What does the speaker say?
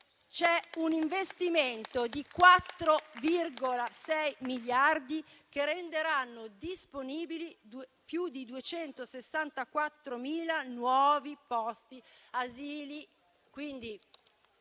c'è un investimento di 4,6 miliardi che renderanno disponibili più di 264.000 nuovi posti negli